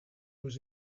was